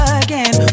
again